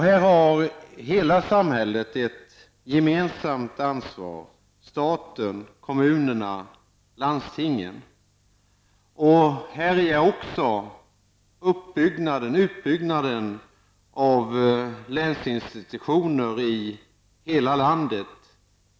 Här har hela samhället ett gemensamt ansvar -- staten, kommunerna och landstingen. En viktig del är utbyggnaden av länsinstitutioner i hela landet.